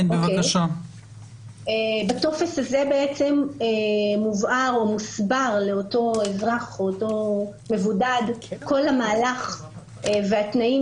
בטופס הזה מוסבר למבודד כל המהלך והתנאים